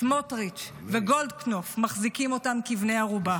סמוטריץ' וגולדקנופ מחזיקים אותם כבני ערובה.